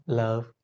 love